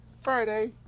Friday